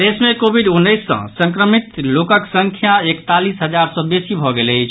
प्रदेश मे कोविड उन्नैस सँ संक्रमित लोकक संख्या एकतालीस हजार सँ बेसी भऽ गेल अछि